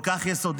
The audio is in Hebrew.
כל כך יסודי,